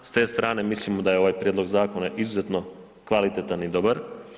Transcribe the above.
S te strane mislimo da je ovaj prijedlog zakona izuzetno kvalitetan i dobar.